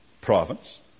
province